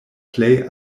plej